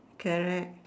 correct